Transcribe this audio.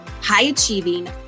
high-achieving